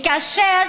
וכאשר